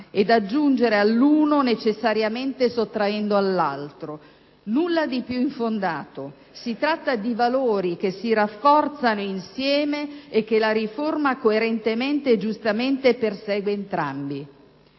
ed aggiungere all'uno necessariamente sottraendo all'altro. Non c'è nulla di più infondato. Si tratta di valori che si rafforzano insieme e che la riforma coerentemente e giustamente persegue entrambi.